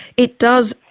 it does,